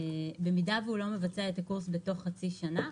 במידה והוא לא מבצע את הקורס תוך חצי שנה,